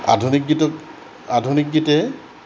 আধুনিক গীতক আধুনিক গীতে